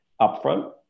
upfront